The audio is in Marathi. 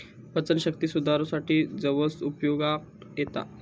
पचनशक्ती सुधारूसाठी जवस उपयोगाक येता